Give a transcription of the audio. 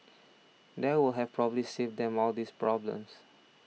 now would have probably saved them all these problems